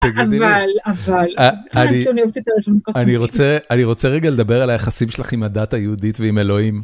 אבל, אבל, אני רוצה רגע לדבר על היחסים שלך עם הדת היהודית ועם אלוהים.